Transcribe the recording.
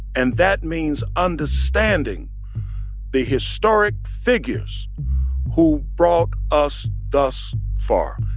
and that means understanding the historic figures who brought us thus far.